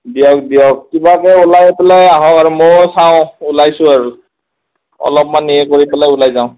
দিয়ক দিয়ক কিবাকৈ ওলাই পেলাই আহক আৰু ময়ো চাওঁ ওলাইছোঁ আৰু অলপমান ইয়ে কৰি পেলাই ওলাই যাওঁ